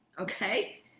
Okay